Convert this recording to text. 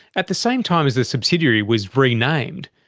at the same time as the subsidiary was renamed,